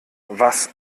was